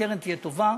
הקרן תהיה טובה,